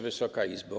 Wysoka Izbo!